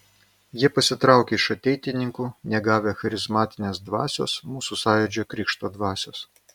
jie pasitraukė iš ateitininkų negavę charizmatinės dvasios mūsų sąjūdžio krikšto dvasios